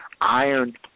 Iron